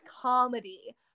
comedy